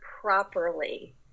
properly